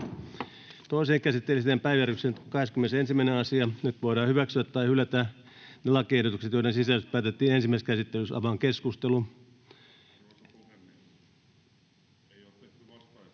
Toiseen käsittelyyn esitellään päiväjärjestyksen 21. asia. Nyt voidaan hyväksyä tai hylätä lakiehdotukset, joiden sisällöstä päätettiin ensimmäisessä käsittelyssä. Avaan keskustelun.